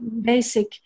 basic